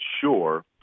sure